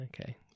okay